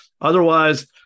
Otherwise